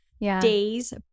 days